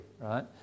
right